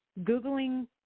Googling